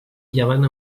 llevant